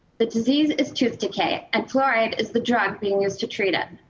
the disease is tooth decay and fluoride is the drug being used to treat it.